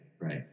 right